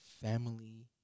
family